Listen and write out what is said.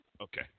Okay